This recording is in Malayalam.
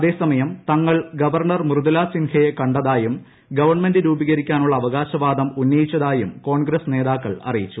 അതേസമയം തങ്ങൾ ഗവർണർ മൃദുല സിൻഹയെ കണ്ടതായും ഗവൺമെന്റ് രൂപീകരിക്കാനുളള അവകാശവാദം ഉന്നയിച്ചതായും കോൺഗ്രസ് നേതാക്കൾ അറിയിച്ചു